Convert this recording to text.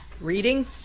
reading